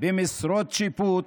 במשרות שיפוט